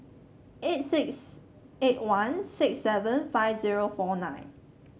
eight six eight one ix seven five zero four nine